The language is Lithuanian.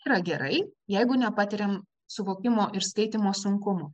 yra gerai jeigu nepatiriam suvokimo ir skaitymo sunkumų